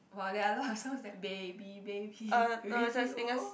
!wow! they are laugh sounds like baby baby baby oh